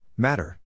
Matter